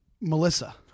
Melissa